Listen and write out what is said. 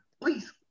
please